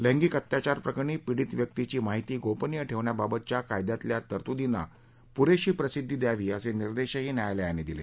लैंगिक अत्याचार प्रकरणी पिडीत व्यक्तीची माहिती गोपनीय ठेवण्याबातच्या कायद्यातल्या तरतुदींना पुरेशी प्रसिध्दी द्यावी असे निर्देशही न्यायालयाने दिले